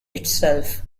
itself